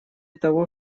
того